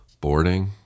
boarding